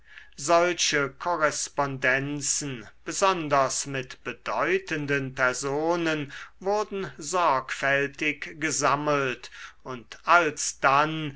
solche korrespondenzen besonders mit bedeutenden personen wurden sorgfältig gesammelt und alsdann